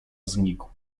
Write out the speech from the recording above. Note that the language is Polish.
znikł